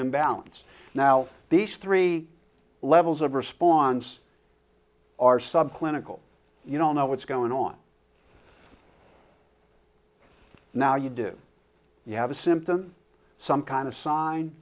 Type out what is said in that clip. imbalance now these three levels of response are subclinical you don't know what's going on now you do you have a symptom some kind of sign